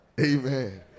Amen